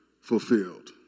fulfilled